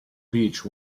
beach